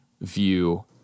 view